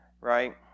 right